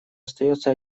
остается